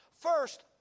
First